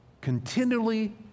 continually